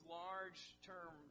large-term